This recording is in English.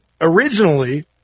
Originally